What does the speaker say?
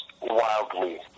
wildly